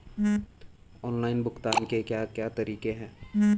Online भुगतान के क्या क्या तरीके हैं?